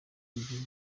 ibihugu